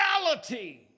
reality